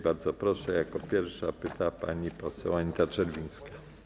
Bardzo proszę, jako pierwsza pyta pani poseł Anita Czerwińska.